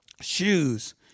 Shoes